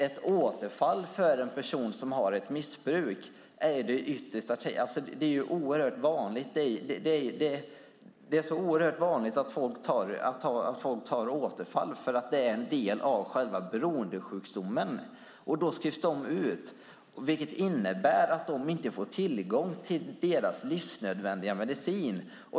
Ett återfall för en person som har ett missbruk är oerhört vanligt. Det är en del av själva beroendesjukdomen. Då skrivs de ut, vilket innebär att de inte får tillgång till sin livsnödvändiga medicin.